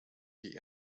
die